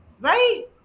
Right